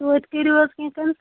تویتہِ کٔریُو حظ کیٚنہہ